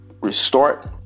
restart